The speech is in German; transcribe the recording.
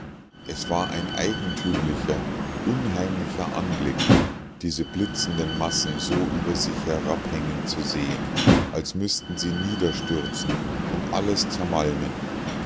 es war ein eigentümlicher unheimlicher anblick diese blitzenden massen so über sich herabhängen zu sehen als müßten sie niederstürzen und alles zermalmen